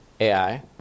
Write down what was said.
AI